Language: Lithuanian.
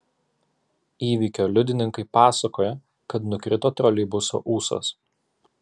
įvykio liudininkai pasakojo kad nukrito troleibuso ūsas